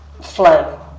flow